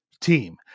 team